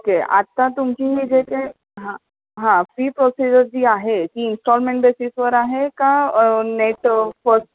okay आता तुमची मी जे काय हा हा फी प्रोसिजर जी आहे ती इंस्टॉलमेंट बेसिसवर आहे का नेट फर्स्ट